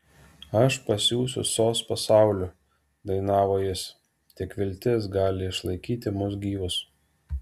aš pasiųsiu sos pasauliu dainavo jis tik viltis gali išlaikyti mus gyvus